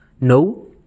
No